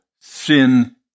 sin